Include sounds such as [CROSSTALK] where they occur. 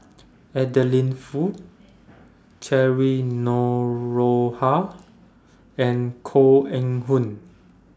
[NOISE] Adeline Foo Cheryl Noronha and Koh Eng Hoon